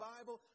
Bible